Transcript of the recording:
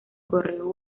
correo